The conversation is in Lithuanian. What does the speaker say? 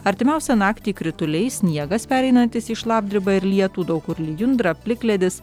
artimiausią naktį krituliai sniegas pereinantis į šlapdribą ir lietų daug kur lijundra plikledis